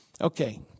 Okay